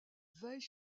veille